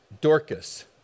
Dorcas